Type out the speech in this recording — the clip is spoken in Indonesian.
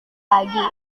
lagi